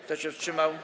Kto się wstrzymał?